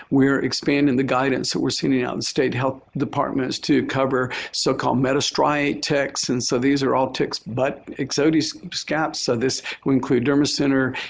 we're expanding the guidance and we're sending out and state health departments to cover so-called metastriate ticks. and so these are all ticks, but like so ixodes scaps. so this will include dermacentor,